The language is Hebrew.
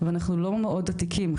ואנחנו לא מאוד עתיקים,